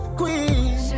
queen